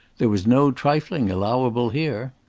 there was no trifling allowable here.